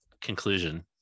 conclusion